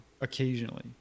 occasionally